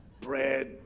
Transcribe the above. bread